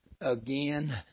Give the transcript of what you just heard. again